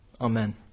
Amen